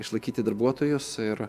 išlaikyti darbuotojus ir